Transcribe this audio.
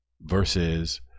versus